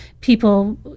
people